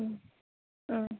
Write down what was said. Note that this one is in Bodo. ओं